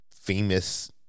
famous